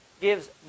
gives